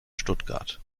stuttgart